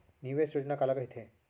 निवेश योजना काला कहिथे?